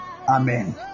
Amen